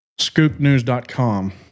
scoopnews.com